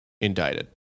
indicted